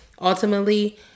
ultimately